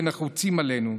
ונחוצים עלינו,